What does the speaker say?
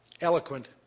eloquent